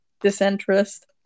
disinterest